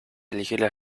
ligeras